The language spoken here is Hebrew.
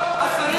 מזכירת הכנסת.